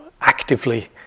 actively